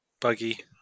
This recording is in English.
buggy